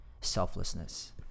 selflessness